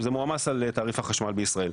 וזה מועמס על תעריף החשמל בישראל.